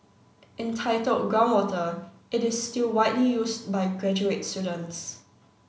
entitled Groundwater it is still widely used by graduate students